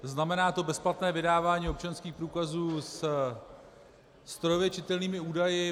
Znamená to bezplatné vydávání občanských průkazů se strojově čitelnými údaji.